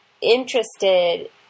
interested